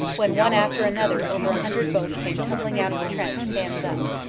when one after another over a hundred boche came tumbling out of the trench, hands up.